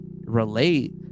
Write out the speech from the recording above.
relate